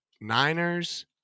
Niners